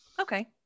Okay